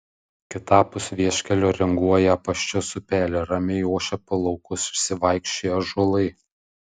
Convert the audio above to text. kitapus vieškelio ringuoja apaščios upelė ramiai ošia po laukus išsivaikščioję ąžuolai